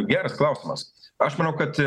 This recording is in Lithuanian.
geras klausimas aš manau kad